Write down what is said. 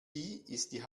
die